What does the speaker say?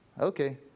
Okay